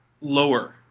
lower